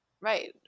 right